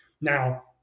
Now